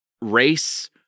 race